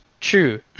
true